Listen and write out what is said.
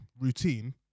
routine